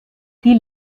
die